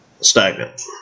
Stagnant